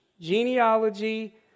genealogy